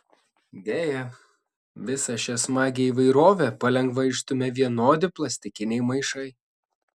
deja visą šią smagią įvairovę palengva išstumia vienodi plastikiniai maišai